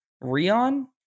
rion